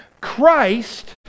Christ